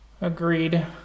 Agreed